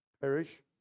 perish